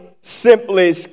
simply